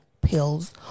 pills